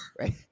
Right